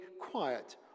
quiet